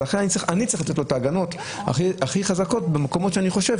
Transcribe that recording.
ולכן אנחנו צריכים לתת להם את ההגנות הכי חזקות במקומות האלה.